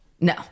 no